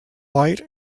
white